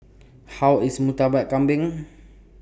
How IS Murtabak Kambing